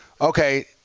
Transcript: Okay